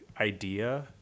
idea